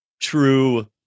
true